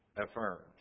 affirms